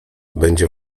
będzie